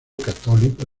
católico